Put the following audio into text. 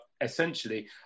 essentially